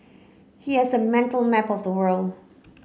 he has a mental map of the world